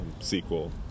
sequel